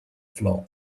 floor